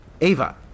Ava